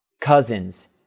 Cousins